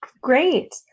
Great